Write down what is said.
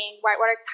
whitewater